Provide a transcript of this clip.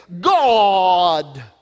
god